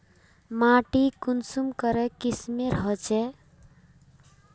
माटी कुंसम करे किस्मेर होचए?